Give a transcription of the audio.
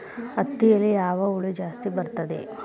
ಹತ್ತಿಯಲ್ಲಿ ಯಾವ ಹುಳ ಜಾಸ್ತಿ ಬರುತ್ತದೆ?